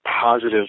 positive